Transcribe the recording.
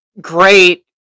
great